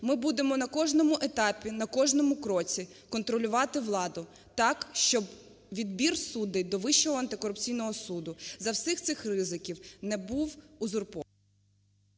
Ми будемо на кожному етапі, на кожному кроці контролювати владу так, щоб відбір суддів до Вищого антикорупційного суду за всіх цих ризиків не був узурпований.